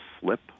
slip